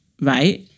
right